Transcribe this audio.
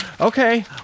Okay